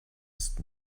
ist